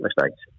mistakes